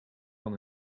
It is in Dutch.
van